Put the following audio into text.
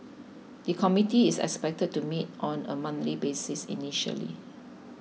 the committee is expected to meet on a monthly basis initially